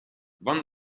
van